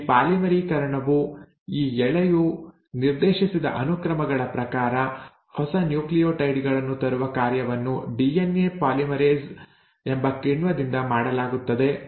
ಈ ಪಾಲಿಮರೀಕರಣವು ಈ ಎಳೆಯು ನಿರ್ದೇಶಿಸಿದ ಅನುಕ್ರಮಗಳ ಪ್ರಕಾರ ಹೊಸ ನ್ಯೂಕ್ಲಿಯೋಟೈಡ್ ಗಳನ್ನು ತರುವ ಕಾರ್ಯವನ್ನು ಡಿಎನ್ಎ ಪಾಲಿಮರೇಸ್ ಎಂಬ ಕಿಣ್ವದಿಂದ ಮಾಡಲಾಗುತ್ತದೆ